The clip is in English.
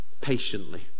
Patiently